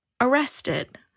Arrested